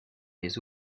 les